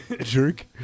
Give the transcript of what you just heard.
Jerk